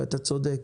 ואתה צודק,